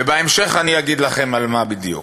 ובהמשך אני אגיד על מה בדיוק.